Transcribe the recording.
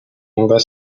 иногда